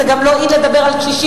זה גם לא in לדבר על קשישים,